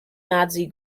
nazi